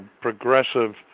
progressive